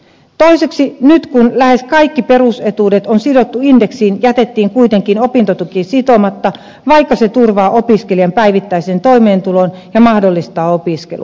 toiseksi nyt kun lähes kaikki perusetuudet on sidottu indeksiin jätettiin kuitenkin opintotuki sitomatta vaikka se turvaa opiskelijan päivittäisen toimeentulon ja mahdollistaa opiskelun